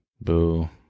Boo